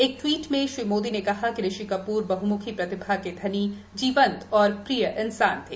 एक ट्वीट में श्री मोदी ने कहा कि ऋषि कपूर बहुम्खी प्रतिभा के धनी जीवंत और प्रिय इंसान थे